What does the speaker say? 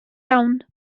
iawn